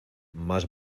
más